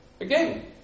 Again